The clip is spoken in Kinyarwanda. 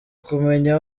kumenya